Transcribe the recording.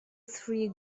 three